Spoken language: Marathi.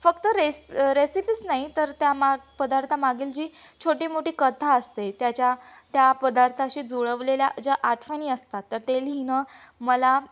फक्त रेस रेसिपीस नाही तर त्या माग पदार्थामागील जी छोटी मोठी कथा असते त्याच्या त्या पदार्थाशी जुळवलेल्या ज्या आठवणी असतात तर ते लिहिणं मला